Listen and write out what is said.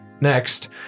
Next